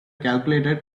calculator